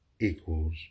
equals